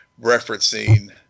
referencing